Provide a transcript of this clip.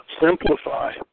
simplify